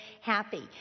happy